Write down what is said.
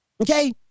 Okay